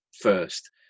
first